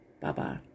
Bye-bye